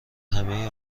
همه